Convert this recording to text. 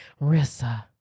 Rissa